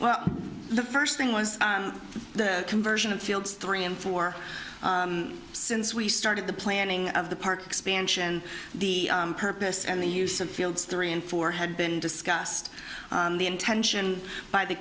well the first thing was the conversion of fields three and four since we started the planning of the park expansion the purpose and the use of fields three and four had been discussed the intention by the